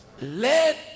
Let